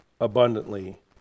abundantly